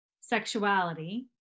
sexuality